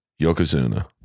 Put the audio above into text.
Yokozuna